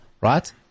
right